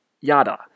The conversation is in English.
Yada